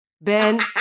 ben